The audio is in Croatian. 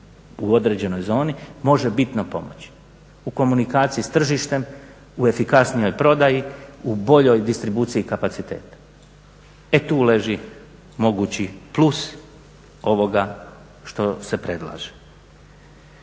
u određenoj zoni može bitno pomoći. U komunikaciji s tržištem u efikasnijoj prodaji u boljoj distribuciji kapaciteta. E tu leži mogući plus ovoga što se predlaže.